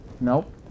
Nope